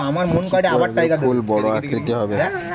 কি প্রয়োগে ফুল বড় আকৃতি হবে?